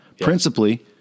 Principally